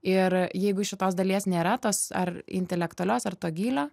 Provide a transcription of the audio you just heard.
ir jeigu šitos dalies nėra tos ar intelektualios ar to gylio